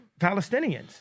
Palestinians